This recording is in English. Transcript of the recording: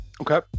Okay